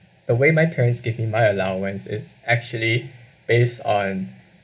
the way my parents give me my allowance is actually based on